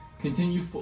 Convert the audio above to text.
continue